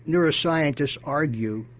neuroscientists argue,